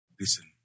Listen